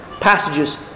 passages